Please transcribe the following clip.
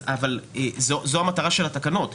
זו המטרה של התקנות.